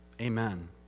Amen